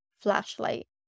flashlight